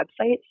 website